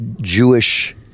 Jewish